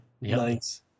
Nice